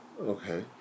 Okay